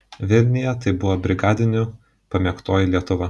vilniuje tai buvo brigadinių pamėgtoji lietuva